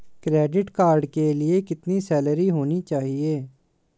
Credit card के लिए कितनी सैलरी होनी चाहिए?